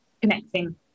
connecting